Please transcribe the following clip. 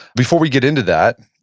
before we get into that,